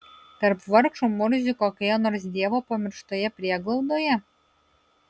tarp vargšų murzių kokioje nors dievo pamirštoje prieglaudoje